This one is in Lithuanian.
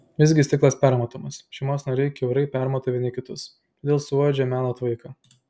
visgi stiklas permatomas šeimos nariai kiaurai permato vieni kitus todėl suuodžia melo tvaiką